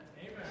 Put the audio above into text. Amen